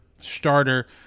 starter